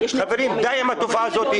די עם התופעה הזאת.